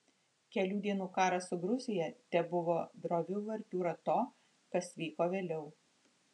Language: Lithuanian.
kelių dienų karas su gruzija tebuvo drovi uvertiūra to kas vyko vėliau